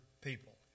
people